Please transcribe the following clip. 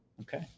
Okay